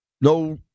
no